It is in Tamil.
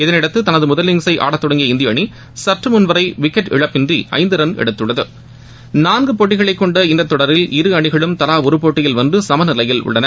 இதனையடுத்து தனது முதல் இன்னிங்சை ஆடத் தொடங்கிய இந்திய அணி சற்று முன் வரை விக்கெட் இழப்பிற்கு இழப்பின்றி ரன் எடுத்துள்ளது நான்கு போட்டிகளைக் கொண்ட இந்த தொடரில் இரு அணிகளும் தலா ஒரு போட்டியில் வென்று சமநிலையில் உள்ளன